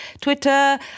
Twitter